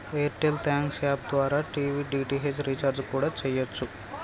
air tell thanks app ద్వారా TV DTH recharge కూడా చెయ్యచ్చు